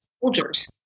soldiers